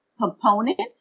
component